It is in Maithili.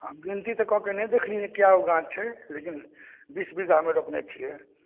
हँ गिनती तऽ कऽ के नहि देखलियै यऽ कि कै गो गाछ छै लेकिन बीस बीघामे रोपने छियै